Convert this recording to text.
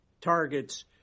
targets